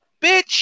bitch